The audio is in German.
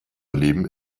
leben